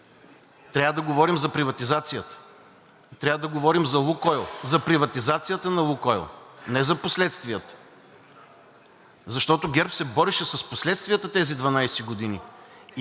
Трябва да говорим за приватизацията. Трябва да говорим за „Лукойл“, за приватизацията на „Лукойл“. Не за последствията, защото ГЕРБ се бореше с последствията тези 12 години.